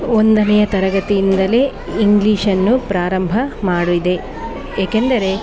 ಒಂದನೆಯ ತರಗತಿಯಿಂದಲೇ ಇಂಗ್ಲೀಷನ್ನು ಪ್ರಾರಂಭ ಮಾಡಿದೆ ಏಕೆಂದರೆ